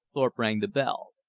thorpe rang the bell.